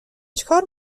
چیکار